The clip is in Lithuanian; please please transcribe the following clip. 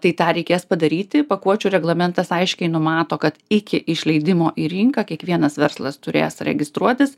tai tą reikės padaryti pakuočių reglamentas aiškiai numato kad iki išleidimo į rinką kiekvienas verslas turės registruotis